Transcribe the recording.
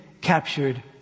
captured